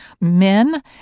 men